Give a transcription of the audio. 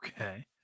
Okay